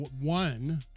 one